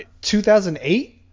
2008